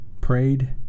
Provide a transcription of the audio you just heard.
prayed